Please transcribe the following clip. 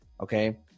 Okay